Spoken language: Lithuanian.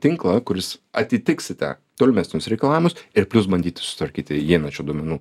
tinklą kuris atitiksite tolimesnius reikalavimus ir plius bandyti susitvarkyti įeinančių duomenų